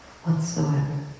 whatsoever